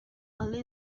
early